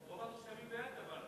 אבל רוב התושבים בעד.